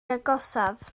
agosaf